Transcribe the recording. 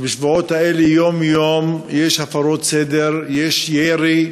בשבועות האלה יום-יום יש הפרות סדר, יש ירי,